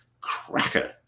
cracker